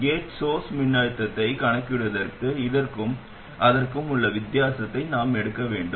gate source மின்னழுத்தத்தைக் கணக்கிடுவதற்கு இதற்கும் அதற்கும் உள்ள வித்தியாசத்தை நாம் எடுக்க வேண்டும்